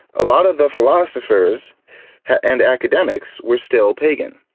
a lot of the philosophers and academics were still pagan.